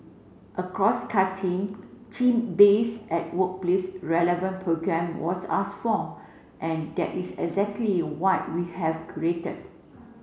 a crosscutting team base and workplace relevant programme was ask for and that is exactly what we have cruated